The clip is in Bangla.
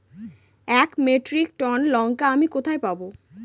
এক মেট্রিক টন লঙ্কা আমি কোথায় পাবো?